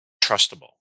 trustable